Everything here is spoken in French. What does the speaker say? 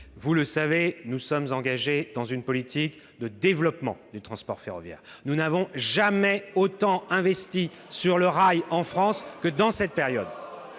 le sénateur, nous sommes engagés dans une politique de développement du transport ferroviaire. Nous n'avons jamais autant investi dans le rail en France qu'en cette période.